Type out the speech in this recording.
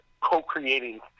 co-creating